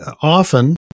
often